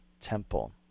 temple